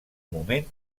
moment